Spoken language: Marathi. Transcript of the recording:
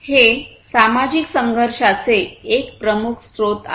हे सामाजिक संघर्षांचे एक प्रमुख स्त्रोत आहे